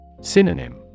Synonym